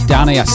Danny